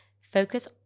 Focus